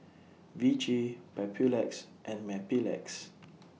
Vichy Papulex and Mepilex